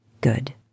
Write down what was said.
Good